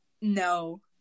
No